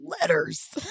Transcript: letters